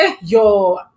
yo